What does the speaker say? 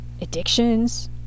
Addictions